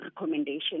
recommendation